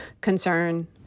concern